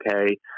okay